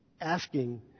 asking